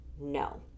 no